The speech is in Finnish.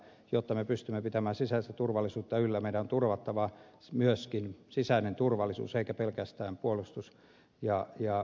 jotta me pystymme pitämään sisäistä turvallisuutta yllä meidän on turvattava myöskin sisäinen turvallisuus eikä pelkästään puolustuspolitiikka